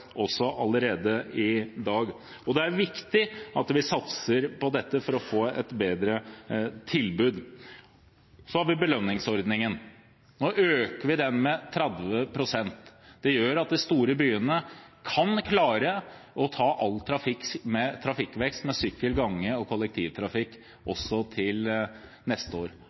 også allerede i dag. Det er viktig at vi satser på dette for å få et bedre tilbud. Så har vi belønningsordningen. Nå øker vi den med 30 pst. Det gjør at de store byene kan klare å ta all trafikkvekst med sykkel, gange og kollektivtrafikk, også til neste år.